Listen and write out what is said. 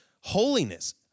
holiness